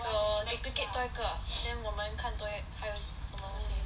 err we make it 多一个 then 我们看多一还有什么东西